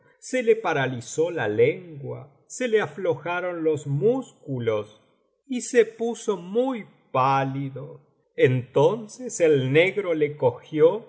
se le paralizó la lengua se le aflojaron los músculos y se puso muy pálido entonces el negro le cogió lo